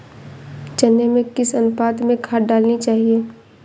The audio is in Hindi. चने में किस अनुपात में खाद डालनी चाहिए?